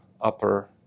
upper